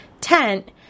tent